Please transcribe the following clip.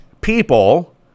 people